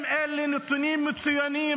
אם אלה נתונים מצוינים,